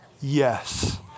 yes